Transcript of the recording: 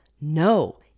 no